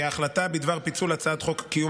הכנסת: החלטה בדבר פיצול הצעת חוק קיום